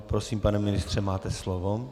Prosím, pane ministře, máte slovo.